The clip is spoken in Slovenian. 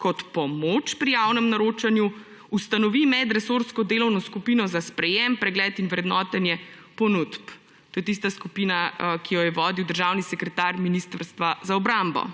kot pomoč njemu pri javnem naročanju ustanovi medresorsko delovno skupino za sprejem, pregled in vrednotenje ponudb. To je tista skupina, ki jo je vodil državni sekretar Ministrstva za obrambo.